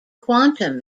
quantum